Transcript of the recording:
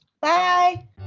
Bye